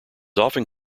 often